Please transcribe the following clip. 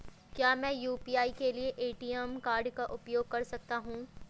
क्या मैं यू.पी.आई के लिए ए.टी.एम कार्ड का उपयोग कर सकता हूँ?